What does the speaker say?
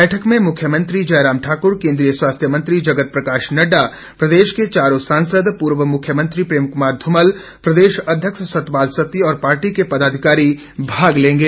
बैठक में मुख्यमंत्री जयराम ठाकुर केन्द्रीय स्वास्थ्य मंत्री जगत प्रकाश नड्डा प्रदेश के चारों सांसद पूर्व मुख्यमंत्री प्रेम कुमार धूमल प्रदेश अध्यक्ष सतपाल सत्ती और पार्टी के पदाधिकारी भाग लेंगे